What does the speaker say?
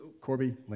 Corby